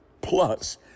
Plus